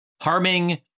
harming